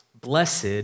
blessed